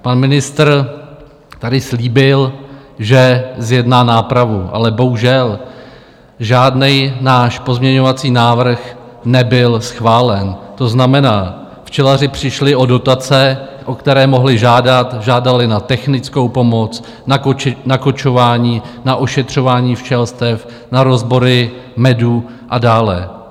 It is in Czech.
Pan ministr tady slíbil, že zjedná nápravu, ale bohužel, žádný náš pozměňovací návrh nebyl schválen, to znamená, včelaři přišli o dotace, o které mohli žádat žádali na technickou pomoc, na kočování, na ošetřování včelstev, na rozbory medu a dále.